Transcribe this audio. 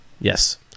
yes